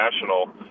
National